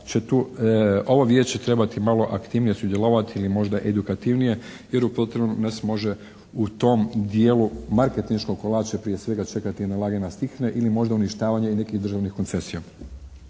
ovo Vijeće trebati malo aktivnije sudjelovati ili možda edukativnije jer u protivnom nas može u tom dijelu marketinškog kolača prije svega čekati jedna lagana …/Govornik se ne razumije./… ili možda uništavanje i nekih državnih koncesija.